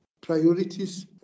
priorities